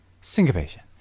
syncopation